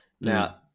Now